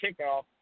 kickoff